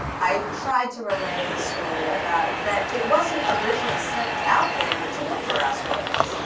i tried to relay this story about, that it wasn't originally sent out there to look for asteroids.